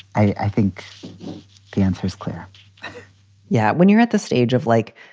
i think the answer is clear yeah. when you're at the stage of, like,